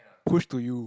push to you